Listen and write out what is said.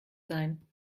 sein